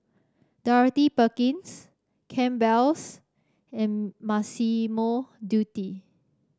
Dorothy Perkins Campbell's and Massimo Dutti